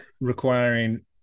requiring